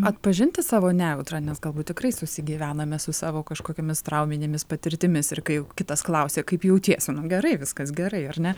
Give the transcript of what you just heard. atpažinti savo nejautrą nes galbūt tikrai susigyvename su savo kažkokiomis trauminėmis patirtimis ir kai kitas klausia kaip jautiesi nu gerai viskas gerai ar ne